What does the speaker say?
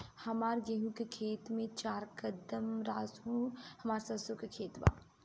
हमार गेहू के खेत से चार कदम रासु हमार सरसों के खेत बा